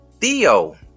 Theo